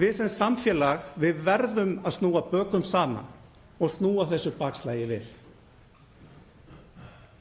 Við sem samfélag verðum að snúa bökum saman og snúa þessu bakslagi við.